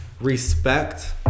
respect